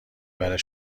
برای